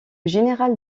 général